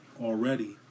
already